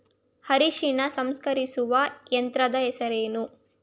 ಅರಿಶಿನ ಸಂಸ್ಕರಿಸುವ ಯಂತ್ರದ ಹೆಸರೇನು?